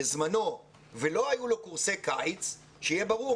שבזמנו לא היו לו קורסי קיץ שיהיה ברור,